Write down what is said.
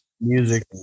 music